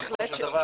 בהחלט שלא.